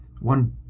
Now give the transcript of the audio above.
One